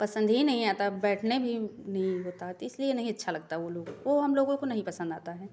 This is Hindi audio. पसंद ही नहीं आता बैठने भी नहीं होता तो इसलिए नहीं अच्छा लगता वो लोग वो हम लोगों को नहीं पसंद आता है